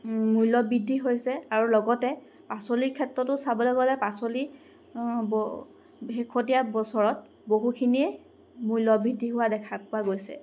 মূল্যবৃদ্ধি হৈছে আৰু লগতে পাচলিৰ ক্ষেত্ৰতো চাবলৈ গ'লে পাচলি শেহতীয়া বছৰত বহুখিনিয়েই মূল্যবৃদ্ধি হোৱা দেখা পোৱা গৈছে